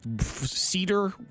Cedar